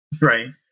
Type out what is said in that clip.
right